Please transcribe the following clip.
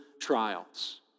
trials